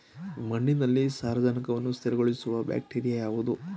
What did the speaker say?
ಮಣ್ಣಿನಲ್ಲಿ ಸಾರಜನಕವನ್ನು ಸ್ಥಿರಗೊಳಿಸುವ ಬ್ಯಾಕ್ಟೀರಿಯಾ ಯಾವುದು?